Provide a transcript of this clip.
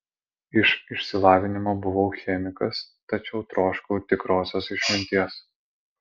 iš išsilavinimo buvau chemikas tačiau troškau tikrosios išminties